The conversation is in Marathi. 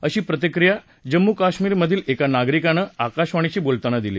अशी प्रतिक्रिया जम्मू कश्मीर मधील एका नागरिकानं आकाशवाणीशी बोलताना दिली